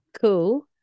Cool